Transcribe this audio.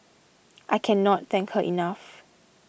I cannot thank her enough